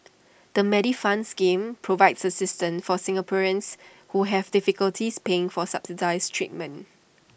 the Medifund scheme provides assistance for Singaporeans who have difficulties paying for subsidized treatment